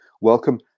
welcome